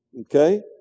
Okay